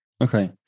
Okay